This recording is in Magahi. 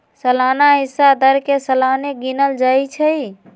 सलाना हिस्सा दर के सलाने गिनल जाइ छइ